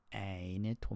eine